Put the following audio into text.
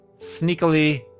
sneakily